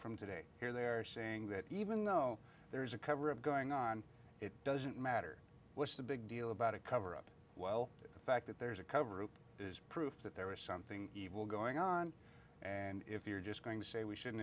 from today here they're saying that even though there's a cover of going on it doesn't matter what's the big deal about a cover up while the fact that there's a cover up is proof that there is something evil going on and if you're just going to say we should